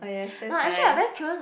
oh yes that's nice